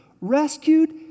rescued